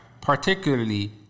particularly